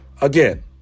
again